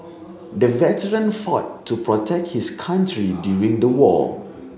the veteran fought to protect his country during the war